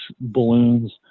balloons